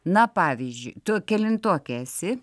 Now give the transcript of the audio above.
na pavyzdžiui tu kelintokė esi